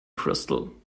crystal